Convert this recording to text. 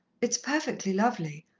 it's perfectly lovely.